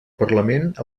parlament